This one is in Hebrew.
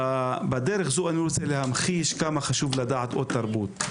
בדרך זו אני רוצה להמחיש כמה חשוב לדעת עוד תרבות.